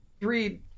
three